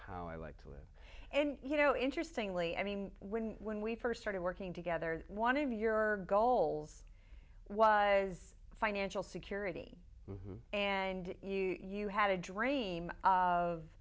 how i like to it and you know interestingly i mean when when we first started working together one of your goals was financial security and you you had a dream